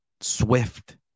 Swift